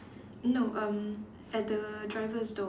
no erm at the driver's door